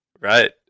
right